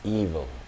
evil